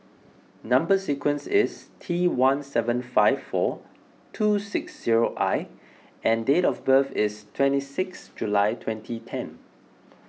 Number Sequence is T one seven five four two six zero I and date of birth is twenty sixth July twenty ten